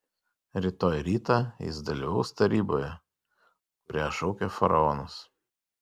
rytoj rytą jis dalyvaus taryboje kurią šaukia faraonas